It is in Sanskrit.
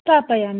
स्थापयामि